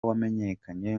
wamenyekanye